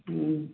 हुँ